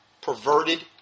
perverted